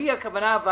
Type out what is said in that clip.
אני, הכוונה לוועדה.